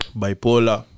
bipolar